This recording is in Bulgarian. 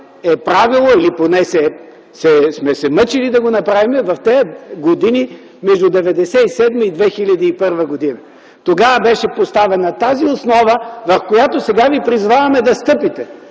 е правило или поне сме се мъчили да го направим в тези години - между 1997 и 2001 г. Тогава беше поставена тази основа, върху която сега ви призоваваме да стъпите.